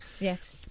Yes